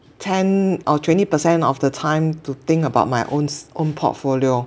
ten or twenty percent of the time to think about my own own portfolio